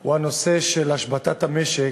הוא השבתת המשק